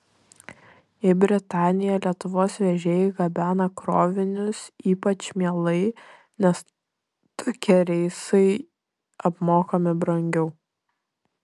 į britaniją lietuvos vežėjai gabena krovinius ypač mielai nes tokie reisai apmokami brangiau